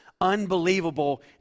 Unbelievable